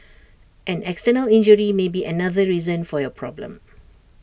an external injury may be another reason for your problem